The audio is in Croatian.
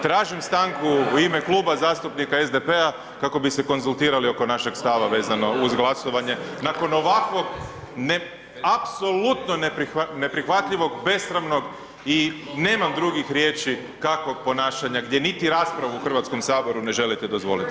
Tražim stanku i ime Kluba zastupnika SDP-a kako bi se konzultirali oko našeg stava vezano uz glasovanje nakon ovakvog apsolutno neprihvatljivog besramnog i nemam drugih riječi kakvog ponašanja, gdje niti raspravu u Hrvatskom saboru ne želite dozvoliti.